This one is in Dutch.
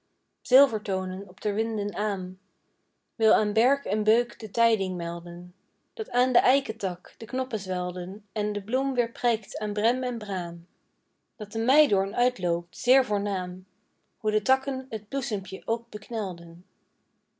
saam zilvertonen op der winden aâm wil aan berk en beuk de tijding melden dat aan de eiketak de knoppen zwelden en de bloem weer prijkt aan brem en braam dat de meidoorn uitloopt zeer voornaam hoe de takken t bloesempje ook beknelden